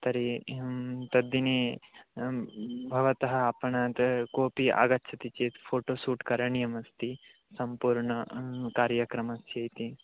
तर्हि तद्दिने भवतः आपणात् कोऽपि आगच्छति चेत् फ़ोटोसूट् करणीयमस्ति सम्पूर्णस्य कार्यक्रमस्य इति